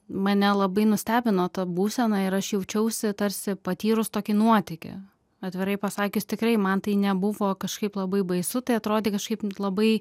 mane labai nustebino ta būsena ir aš jaučiausi tarsi patyrus tokį nuotykį atvirai pasakius tikrai man tai nebuvo kažkaip labai baisu tai atrodė kažkaip labai